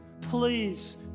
please